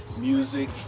music